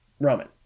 Roman